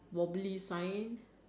wobbly signs